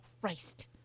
Christ